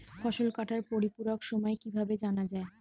ফসল কাটার পরিপূরক সময় কিভাবে জানা যায়?